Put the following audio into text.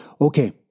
Okay